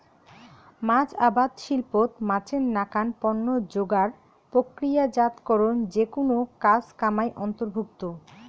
মাছ আবাদ শিল্পত মাছের নাকান পণ্য যোগার, প্রক্রিয়াজাতকরণ যেকুনো কাজ কামাই অন্তর্ভুক্ত